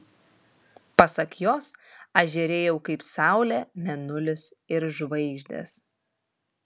pasak jos aš žėrėjau kaip saulė mėnulis ir žvaigždės